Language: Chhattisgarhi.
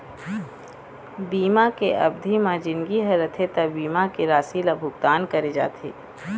बीमा के अबधि म जिनगी ह रथे त बीमा के राशि ल भुगतान करे जाथे